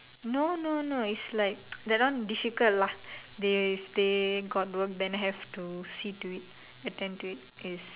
no no no is like that one difficult lah they they got work then have to see to it attend to it is